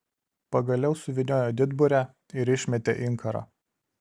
pagaliau suvyniojo didburę ir išmetė inkarą